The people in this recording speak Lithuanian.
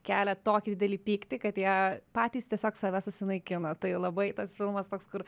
kelia tokį didelį pyktį kad jie patys tiesiog save susinaikina tai labai tas filmas toks kur